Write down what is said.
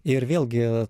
ir vėlgi